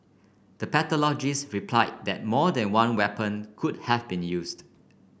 the pathologists replied that more than one weapon could have been used